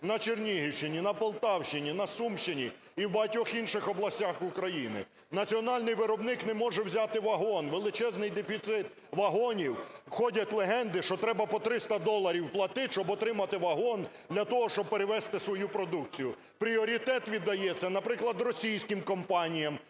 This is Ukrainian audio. на Чернігівщині, на Полтавщині, на Сумщині і в багатьох інших областях України. Національний виробник не може взяти вагон, величезний дефіцит вагонів, ходять легенди, що треба по 300 доларів платити, щоб отримати вагон для того, щоб перевезти свою продукцію. Пріоритет віддається, наприклад, російським компаніям,